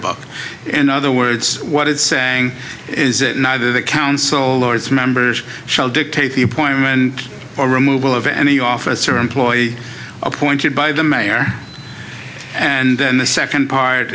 book and other words what it's saying is that neither the council lords members shall dictate the appointment or removal of any office or employee appointed by the mayor and then the second part